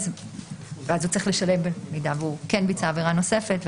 הוא צריך לשלם במידה והוא ביצע עבירה נוספת.